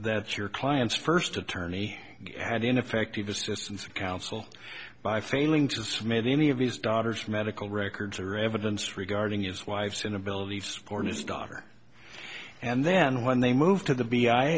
that's your client's first attorney had ineffective assistance of counsel by failing to smith any of his daughter's medical records or evidence regarding his wife's inability to support his daughter and then when they move to the b